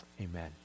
Amen